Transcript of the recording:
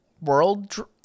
world